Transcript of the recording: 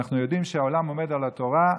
אנחנו יודעים שהעולם עומד על התורה,